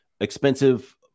expensive